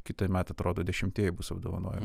kitąmet atrodo dešimtieji bus apdovanojimai